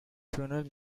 funeral